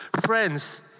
Friends